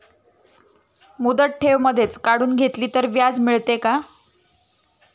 मुदत ठेव मधेच काढून घेतली तर व्याज मिळते का?